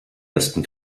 ersten